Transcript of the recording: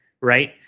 right